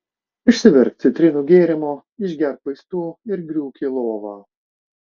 išsivirk citrinų gėrimo išgerk vaistų ir griūk į lovą